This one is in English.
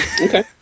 okay